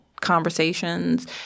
conversations